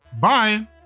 bye